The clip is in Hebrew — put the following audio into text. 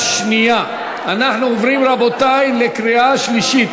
אורלי לוי אבקסיס,